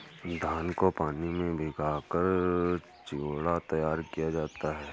धान को पानी में भिगाकर चिवड़ा तैयार किया जाता है